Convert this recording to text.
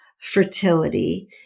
fertility